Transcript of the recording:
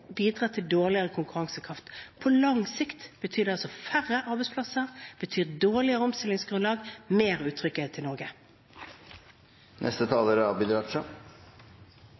til dårligere konkurransekraft. På lang sikt betyr det færre arbeidsplasser, dårligere omstillingsgrunnlag og mer utrygghet i Norge.